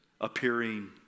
appearing